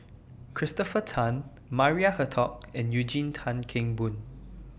Christopher Tan Maria Hertogh and Eugene Tan Kheng Boon